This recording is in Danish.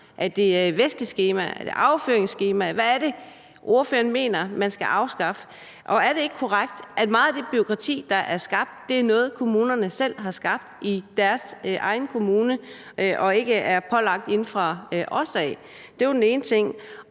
Er det væskeskema, er det afføringsskema? Hvad er det, ordføreren mener man skal afskaffe? Og er det ikke korrekt, at meget af det bureaukrati, der er skabt, er noget, kommunerne selv har skabt i deres egen kommune, og som ikke er pålagt dem af os? Det var den ene ting.